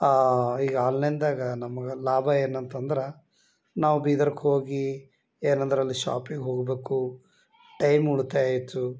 ಆ ಈಗ ಆನ್ಲೈನ್ದಾಗ ನಮ್ಗೆ ಲಾಭ ಏನಂತಂದ್ರೆ ನಾವು ಬೀದರ್ಗ್ ಹೋಗಿ ಏನಂದ್ರೆ ಅಲ್ಲಿ ಶೋಪಿಗೆ ಹೋಗಬೇಕು ಟೈಮ್ ಉಳಿತಾಯ ಆಯಿತು